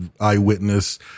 eyewitness